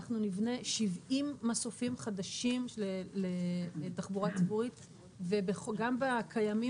אנחנו נבנה 70 מסופים חדשים לתחבורה ציבורית וגם בקיימים